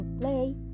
play